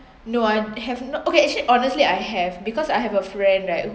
no I have no okay actually honestly I have because I have a friend right